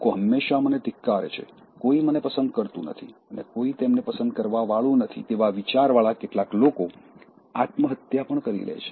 લોકો હંમેશાં મને ધિક્કારે છે કોઈ મને પસંદ કરતું નથી અને કોઈ તેમને પસંદ કરવા વાળું નથી તેવા વિચારવાળા કેટલાક લોકો આત્મહત્યા પણ કરી લે છે